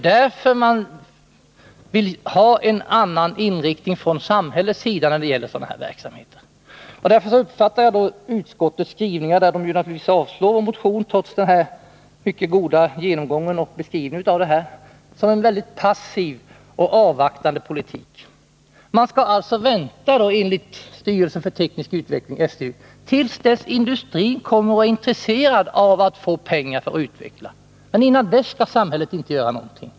Därför behövs det en annan inriktning från samhällets sida när det gäller sådana verksamheter. Därför uppfattar jag utskottets skrivning, där man naturligtvis avstyrker motionen trots en mycket bra genomgång och beskrivning, som en väldigt passiv och avvaktande politik. Man skall alltså vänta, enligt styrelsen för teknisk utveckling, till dess industrin är intresserad av att få pengar för utveckling. Men innan dess skall inte samhället göra någonting.